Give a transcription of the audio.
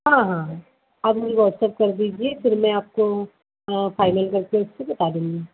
हाँ हाँ हाँ आप मुझे व्हाटसप कर दीजिए फिर मैं आपको फाइनल करके उसपर बता दूँगी